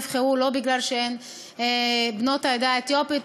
נבחרו לא בגלל שהן בנות העדה האתיופית,